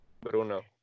Bruno